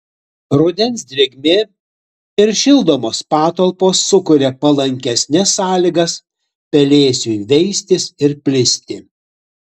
rudens drėgmė ir šildomos patalpos sukuria palankesnes sąlygas pelėsiui veistis ir plisti